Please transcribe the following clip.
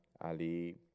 Ali